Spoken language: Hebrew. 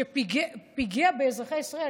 שפיגע באזרחי ישראל,